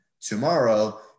tomorrow